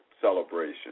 celebration